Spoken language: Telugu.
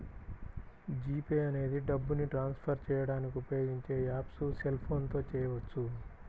జీ పే అనేది డబ్బుని ట్రాన్స్ ఫర్ చేయడానికి ఉపయోగించే యాప్పు సెల్ ఫోన్ తో చేయవచ్చు